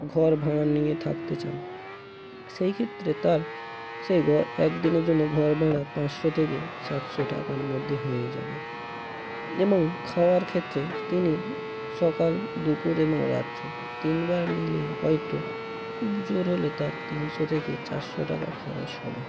ঘর ভাড়া নিয়ে থাকতে চান সেই ক্ষেত্রে তার সেই ঘর একদিনের জন্য ঘর ভাড়া পাঁচশো থেকে সাতশো টাকার মধ্যে হয়ে যাবে এবং খাওয়ার ক্ষেত্রে তিনি সকাল দুপুর এবং রাত্রি তিন বার মিলিয়ে হয়তো খুব জোড় হলো তার তিনশো থেকে চারশো টাকা খরচ হবে